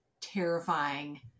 terrifying